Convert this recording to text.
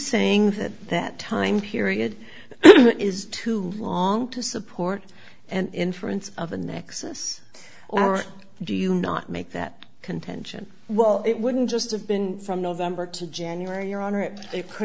that that time period is too long to support and inference of a nexus or do you not make that contention well it wouldn't just have been from november to january your honor it could